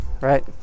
Right